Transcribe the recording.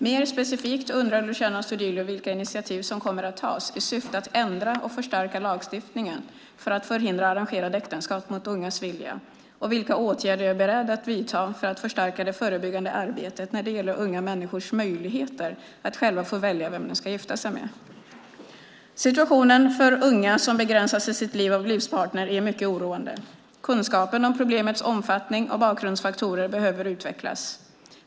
Mer specifikt undrar Luciano Astudillo vilka initiativ som kommer att tas i syfte att ändra och förstärka lagstiftningen för att förhindra arrangerade äktenskap mot ungas vilja, och vilka åtgärder jag är beredd att vidta för att förstärka det förebyggande arbetet när det gäller unga människors möjligheter att själva få välja vem de ska gifta sig med. Situationen för unga som begränsas i sitt val av livspartner är mycket oroande. Kunskapen om problemets omfattning och bakgrundsfaktorer behöver utvecklas.